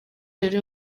yari